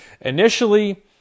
Initially